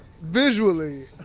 visually